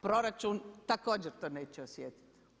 Proračun također to neće osjetiti.